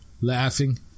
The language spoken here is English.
laughing